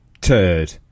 Turd